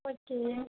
ஓகேங்க